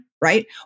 right